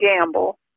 gamble